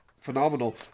Phenomenal